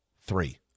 three